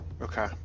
Okay